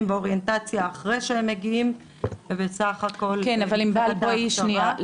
ואוריינטציה אחרי שהם מגיעים ובסך הכל מבחינת ההכשרה ---.